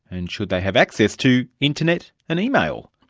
and should they have access to internet and email?